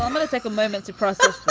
um and take a moment to process